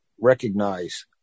recognize